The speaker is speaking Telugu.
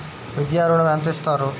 విద్యా ఋణం ఎంత ఇస్తారు?